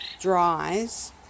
dries